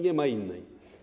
Nie ma innej.